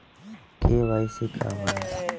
KYC का होला?